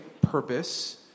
purpose